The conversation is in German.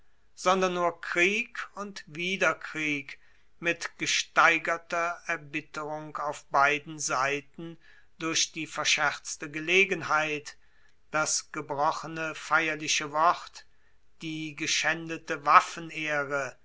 sondern nur krieg und wieder krieg mit gesteigerter erbitterung auf beiden seiten durch die verscherzte gelegenheit das gebrochene feierliche wort die geschaendete waffenehre